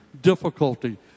difficulty